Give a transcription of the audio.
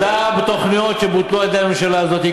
אותן תוכניות שבוטלו על-ידי הממשלה הזאת,